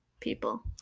people